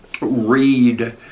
read